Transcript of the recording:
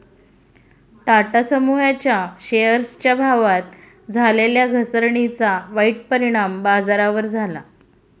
टाटा समूहाच्या शेअरच्या भावात झालेल्या घसरणीचा वाईट परिणाम बाजारावर झाला